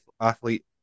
athlete